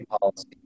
policy